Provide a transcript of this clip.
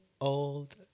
old